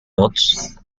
notes